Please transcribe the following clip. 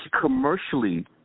commercially